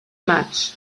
much